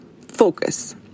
focus